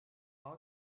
out